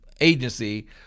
agency